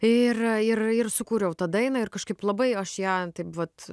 ir ir ir sukūriau tą dainą ir kažkaip labai aš ją taip vat